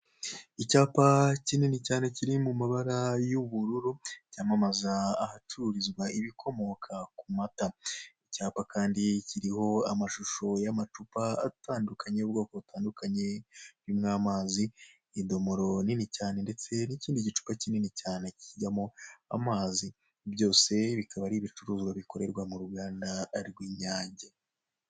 Icyapa kinini cyane kiri mu mabara y'ubururu cyamamaza ahacururizwa ibikomoka ku mata. Icyapa kandi kiriho amashusho y'amacupa atandukanye yubwoko butandukanye harimo amazi, idomoro nini cyane ndetse n'ikindi gicupa kinini cyane kijyamo amazi. Byose akaba ari ibicuruzwa bikorerwa mu ruganda rw'inyange.